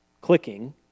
clicking